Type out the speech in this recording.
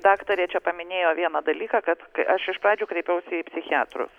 daktarė čia paminėjo vieną dalyką kad kai aš iš pradžių kreipiausi į psichiatrus